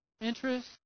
interest